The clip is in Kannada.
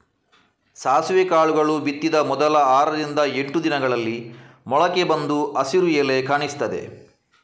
ಸಾಸಿವೆ ಕಾಳುಗಳು ಬಿತ್ತಿದ ಮೊದಲ ಆರರಿಂದ ಎಂಟು ದಿನಗಳಲ್ಲಿ ಮೊಳಕೆ ಬಂದು ಹಸಿರು ಎಲೆ ಕಾಣಿಸ್ತದೆ